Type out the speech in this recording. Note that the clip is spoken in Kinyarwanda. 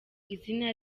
izina